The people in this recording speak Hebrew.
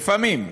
לפעמים,